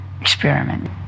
experiment